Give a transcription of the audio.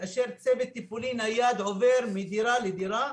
כאשר צוות טיפולי נייד עובר מדירה לדירה.